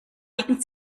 liegen